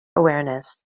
awareness